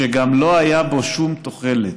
שגם לא הייתה לו שום תוחלת,